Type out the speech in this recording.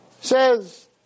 says